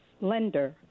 lender